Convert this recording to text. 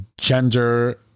gender